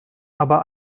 aber